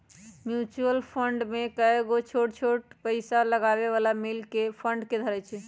mutual fund में कयगो छोट छोट पइसा लगाबे बला मिल कऽ फंड के धरइ छइ